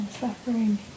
suffering